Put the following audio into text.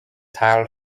teil